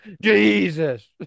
Jesus